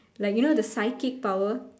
like you know the psychic power